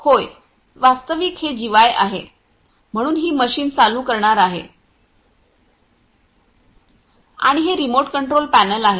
होय वास्तविक हे जीवाय आहे म्हणून मी मशीन चालू करणार आहे आणि हे रिमोट कंट्रोल पॅनल आहे